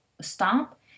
stop